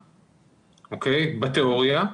בתיאוריה,